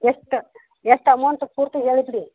ಎಷ್ಟು ಎಷ್ಟು ಅಮೌಂಟ್ ಪೂರ್ತಿ ಹೇಳಿದ್ದೀರಿ